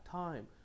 time